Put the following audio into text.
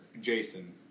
Jason